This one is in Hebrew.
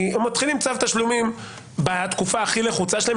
כי הם מתחילים צו תשלומים בתקופה הכי לחוצה שלהם,